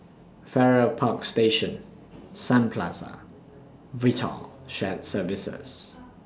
Farrer Park Station Sun Plaza Vital Shared Services